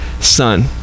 son